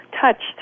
touched